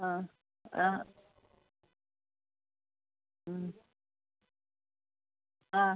ആ ആ ഉം ആ